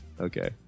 Okay